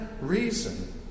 reason